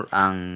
ang